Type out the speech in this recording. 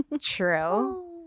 true